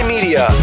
Media